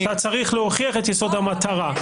-- שאתה צריך להוכיח את יסוד המטרה.